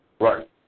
Right